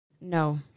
no